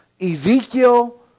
ezekiel